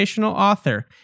author